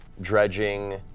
dredging